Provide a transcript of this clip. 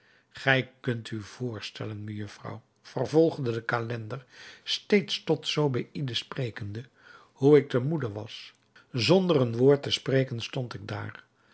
gij kunt u voorstellen mejufvrouw vervolgde de calender steeds tot zobeïde sprekende hoe ik te moede was zonder een woord te spreken stond ik daar